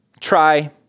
try